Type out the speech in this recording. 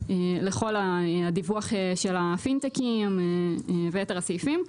לכל הדיווח של הפינטקים ויתר הסעיפים.